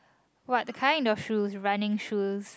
what kind of shoes running shoes